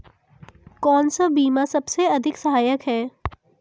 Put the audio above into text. कौन सा बीमा सबसे अधिक सहायक है?